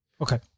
okay